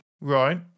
Right